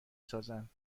سازند